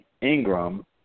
Ingram –